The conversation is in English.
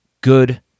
good